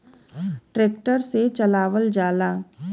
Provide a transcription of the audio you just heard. tractor से चलावल जाला